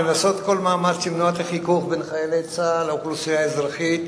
ולעשות כל מאמץ למנוע את החיכוך בין חיילי צה"ל לאוכלוסייה האזרחית,